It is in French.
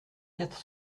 quatre